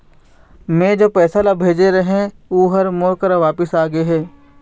मै जोन पैसा ला भेजे रहें, ऊ हर मोर करा वापिस आ गे हे